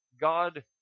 God